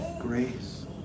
grace